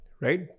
right